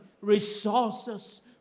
resources